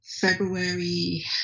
February